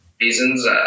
Reasons